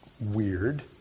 Weird